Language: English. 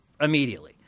immediately